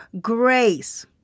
grace